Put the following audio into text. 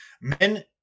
Men